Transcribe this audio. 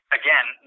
again